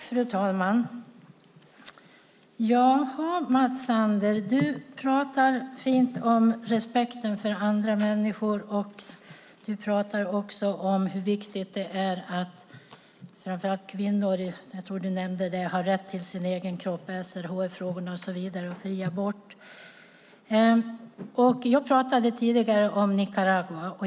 Fru talman! Du talar fint om respekten för andra människor, Mats Sander, och också om hur viktigt det är att framför allt kvinnor har rätt till sin egen kropp - SRHR-frågorna, fri abort och så vidare. Jag talade tidigare om Nicaragua.